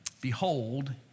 Behold